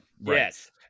Yes